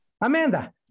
Amanda